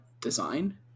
design